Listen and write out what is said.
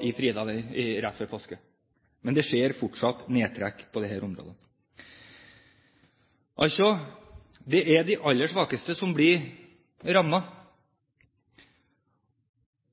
i Frida rett før påske. Men det skjer fortsatt nedtrekk på dette området. Altså: Det er de aller svakeste som blir rammet.